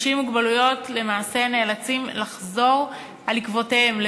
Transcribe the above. אנשים עם מוגבלויות למעשה נאלצים לחזור על עקבותיהם,